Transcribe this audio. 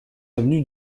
avenue